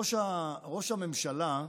ראש הממשלה,